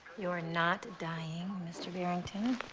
you're not dying, mr. barrington.